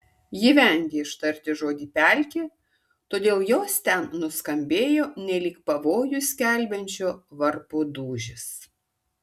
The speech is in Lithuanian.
ji vengė ištarti žodį pelkė todėl jos ten nuskambėjo nelyg pavojų skelbiančio varpo dūžis